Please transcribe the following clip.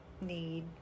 need